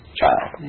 child